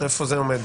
איפה זה עומד?